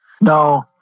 No